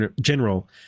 general